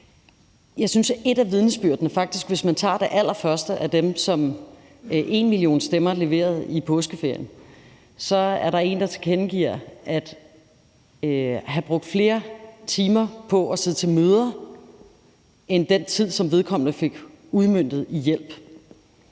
Rosenkrantz-Theil): Hvis man tager det allerførste af de vidnesbyrd, som #enmillionstemmer leverede i påskeferien, er der en, der tilkendegiver at have brugt flere timer på at sidde til møder end den tid, som vedkommende fik udmøntet i hjælp.